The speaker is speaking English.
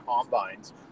combines